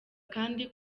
kandi